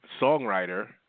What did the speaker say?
songwriter